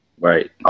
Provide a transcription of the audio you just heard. Right